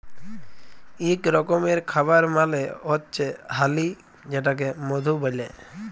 ইক রকমের খাবার মালে হচ্যে হালি যেটাকে মধু ব্যলে